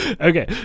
Okay